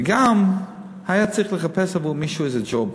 וגם היה צריך לחפש עבור מישהו איזה ג'וב,